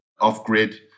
off-grid